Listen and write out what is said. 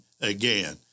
again